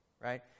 right